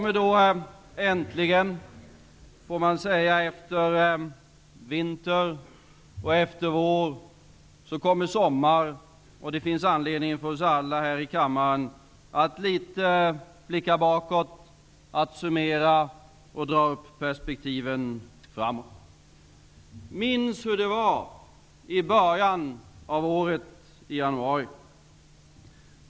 Efter vinter och vår kommer nu äntligen sommar, och det finns anledning för oss alla här i kammaren att litet blicka bakåt, att summera och dra upp perspektiven framåt. Minns hur det var i början av året, i januari!